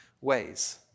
ways